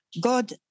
God